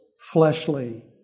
fleshly